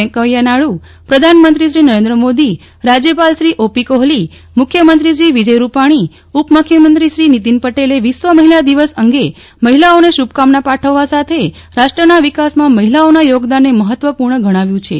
વૈકેયા નાયડુ પ્રધાનમંત્રી શ્રી નરેન્દ્ર મોદી રાજયપાલ શ્રી ઓમપ્રકાશ કોહલી મખ્યમંત્રો શ્રી વિજય રૂપાણી ઉપમુખ્યમંત્રી શ્રી નિતિન પટેલે વિશ્વ મહિલા દિવસ અંગે મહિલાઓને શભકામના પાઠવ્યા સાથે રાષ્ટ્રના વિકાસમાં મહિલાઓના યોગદાનને મહત્વપૂણ ગણાવ્યું હતું